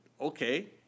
okay